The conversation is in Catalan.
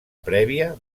prèvia